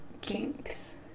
kinks